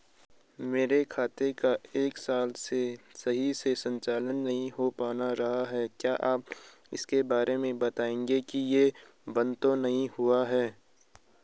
मेरे खाते का एक साल से सही से संचालन नहीं हो पाना रहा है क्या आप इसके बारे में बताएँगे कि ये बन्द तो नहीं हुआ है?